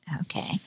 okay